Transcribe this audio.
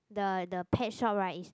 the the pet shop right is